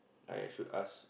I should ask